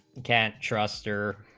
can't trust your